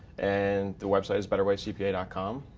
and the website is betterwaycpa and com.